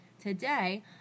Today